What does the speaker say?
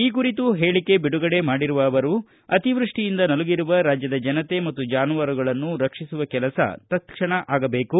ಈ ಕುರಿತು ಹೇಳಿಕೆ ಬಿಡುಗಡೆ ಮಾಡಿರುವ ಅವರು ಅತಿವೃಷ್ಷಿಯಿಂದ ನಲುಗಿರುವ ರಾಜ್ದದ ಜನತೆ ಮತ್ತು ಜಾನುವಾರುಗಳನ್ನು ರಕ್ಷಿಸುವ ಕೆಲಸ ತತ್ಕ್ಷಣ ಆಗಬೇಕು